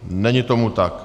Není tomu tak.